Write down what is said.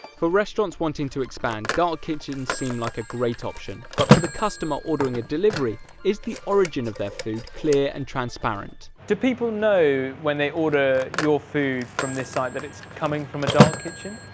for restaurants wanting to expand, dark kitchens seem like a great option, but for the customer ordering delivery, is the origin of their food clear and transparent? do people know when they order your food from this site that it's coming from a dark kitchen?